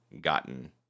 gotten